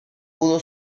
pudo